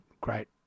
great